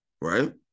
right